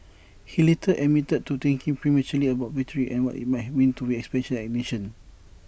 he later admitted to thinking prematurely about victory and what IT might mean to his expectant nation